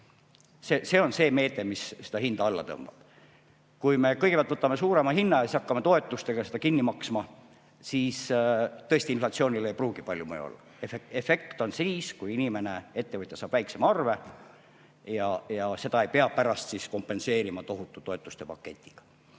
See on see meede, mis seda hinda alla tõmbab. Kui me kõigepealt võtame suurema hinna ja siis hakkame toetustega seda kinni maksma, siis tõesti inflatsioonile ei pruugi palju mõju olla. Efekt on siis, kui inimene, ettevõtja saab väiksema arve ja seda ei pea pärast kompenseerima tohutu toetustepaketiga.